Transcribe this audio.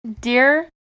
Dear